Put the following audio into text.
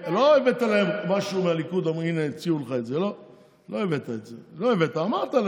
אז אני אומר, הצליח במשא ומתן